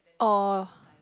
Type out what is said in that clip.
oh